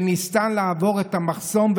שניסתה לעבור את המחסום,